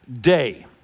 day